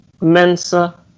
Mensa